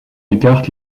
écarte